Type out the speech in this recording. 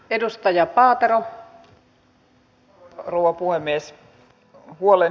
arvoisa rouva puhemies